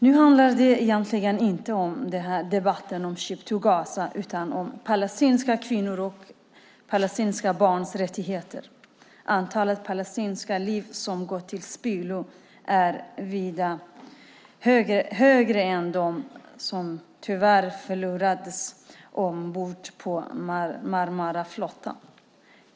Nu handlar den här debatten egentligen inte om Ship to Gaza utan om palestinska kvinnors och barns rättigheter. Antalet palestinska liv som gått till spillo är vida högre än det antal liv som tyvärr förlorades ombord på Marmaraflottan.